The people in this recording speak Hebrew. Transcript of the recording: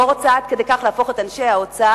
לא רוצה עד כדי כך להפוך את אנשי האוצר